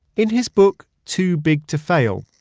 in his book too big to fail,